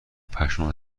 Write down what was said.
پشمام